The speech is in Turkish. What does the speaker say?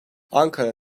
ankara